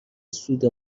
سود